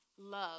love